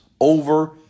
over